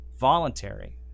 voluntary